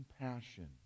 compassion